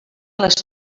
les